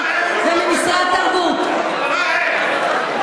תגידי, כן.